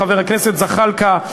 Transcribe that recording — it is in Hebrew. חבר הכנסת זחאלקה,